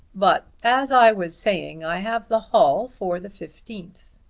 but as i was saying i have the hall for the fifteenth.